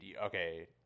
okay